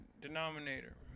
denominator